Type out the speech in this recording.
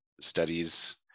studies